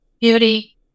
beauty